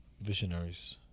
Visionaries